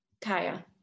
Kaya